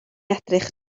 edrych